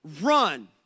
run